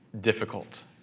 difficult